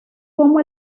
como